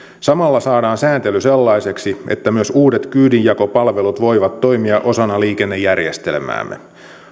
samalla saadaan sääntely sellaiseksi että myös uudet kyydinjakopalvelut voivat toimia osana liikennejärjestelmäämme